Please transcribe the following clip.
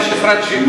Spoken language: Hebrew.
היא גם משרד שיכון,